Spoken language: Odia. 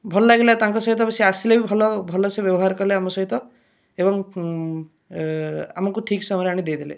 ଭଲ ଲାଗିଲା ତାଙ୍କ ସହିତ ବି ଆସିଲେ ବି ଭଲ ଭଲ ସେ ବ୍ୟବହାର କଲେ ଆମ ସହିତ ଏବଂ ଆମକୁ ଠିକ ସମୟରେ ଆଣିକି ଦେଇ ଦେଲେ